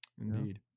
Indeed